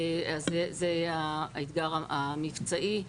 זה האתגר המבצעי.